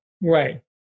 right